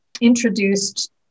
introduced